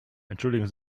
entschuldigen